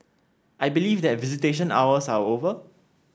I believe that visitation hours are over